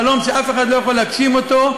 חלום שאף אחד לא יכול להגשים אותו,